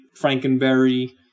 Frankenberry